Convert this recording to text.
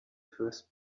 first